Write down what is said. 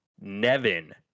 Nevin